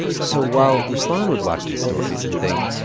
so while ruslan would watch these stories and think.